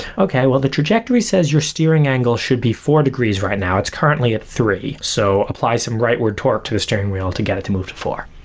okay, well the trajectory says your steering angle should be four degrees right now. it's currently at three, so apply some rightward torque to the steering wheel to get it to move to four.